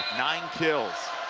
nine kills.